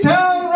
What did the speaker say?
Town